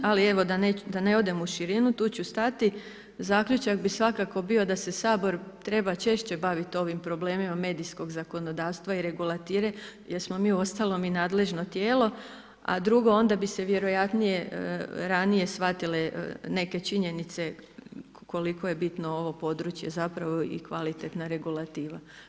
Ali, evo, da ne odem u širinu, tu ću stati, zaključak bi svakako bio, da se Sabor treba češće baviti ovim problemima medijskog zakonodavstva i regulative, jer smo mi uostalom i nadležno tijelo, a drugo, onda bi se vjerojatnije ranije shvatile neke činjenice, koliko je bitno ovo područje zapravo i kvalitetna regulativa.